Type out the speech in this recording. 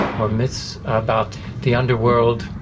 or myths about the underworld,